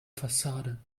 fassade